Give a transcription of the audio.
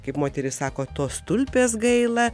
kaip moteriy sako tos tulpės gaila